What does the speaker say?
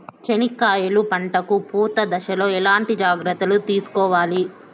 చెనక్కాయలు పంట కు పూత దశలో ఎట్లాంటి జాగ్రత్తలు తీసుకోవాలి?